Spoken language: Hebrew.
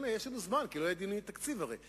יש לנו זמן, כי לא יהיו דיונים על תקציב, הרי.